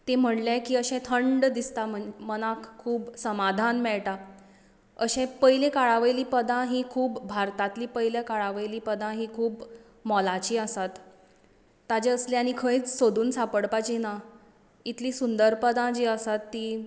ती म्हणले की अशी थंड दिसता मनाक खूब समाधान मेळटां अशें पयली काळा वयली पदां ही खूब भारतांतली पयल्या काळा वयली पदां ही खुब मोलाची आसात ताचे असलीं आनी खंयच सोदून सांपडपाची नात इतलीं सुंदर पदां जी आसात तीं